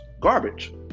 garbage